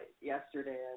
yesterday